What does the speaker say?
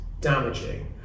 damaging